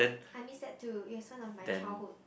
I miss that too it has some of my childhood